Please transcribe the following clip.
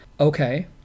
Okay